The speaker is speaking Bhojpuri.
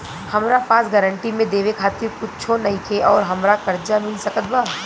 हमरा पास गारंटी मे देवे खातिर कुछूओ नईखे और हमरा कर्जा मिल सकत बा?